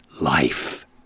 life